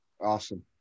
Awesome